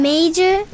Major